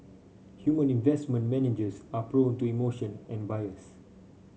human investment managers are prone to emotion and bias